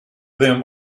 them